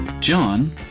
John